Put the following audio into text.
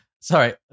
sorry